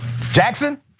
Jackson